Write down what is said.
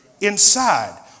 inside